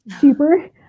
cheaper